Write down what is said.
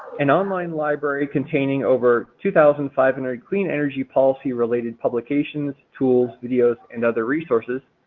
an online library containing over two thousand five hundred clean energy policy related publications, tools, videos and other resources.